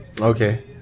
Okay